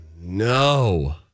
no